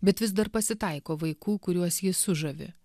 bet vis dar pasitaiko vaikų kuriuos ji sužavi